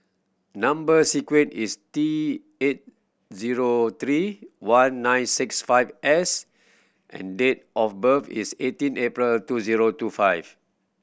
number sequence is T eight zero three one nine six five S and date of birth is eighteen April two zero two five